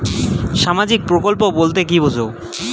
সামাজিক প্রকল্প বলতে কি বোঝায়?